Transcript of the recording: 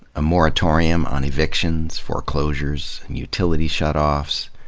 a moratorium on evictions, foreclosures, and utility shutoffs.